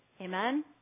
Amen